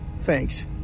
Thanks